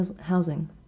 housing